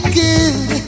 good